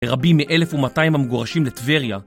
רבים מאלף ומאתיים המגורשים לטבריה